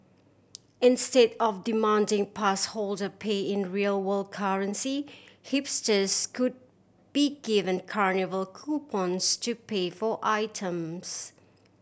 instead of demanding pass holder pay in real world currency hipsters could be given carnival coupons to pay for items